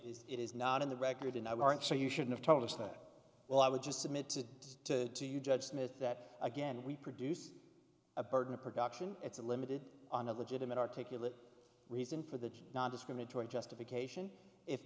it is not in the record and i warrant so you should have told us that well i would just submit to to to you judge smith that again we produce a burden of production it's a limited on a legitimate articulate reason for the nondiscriminatory justification if